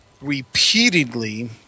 repeatedly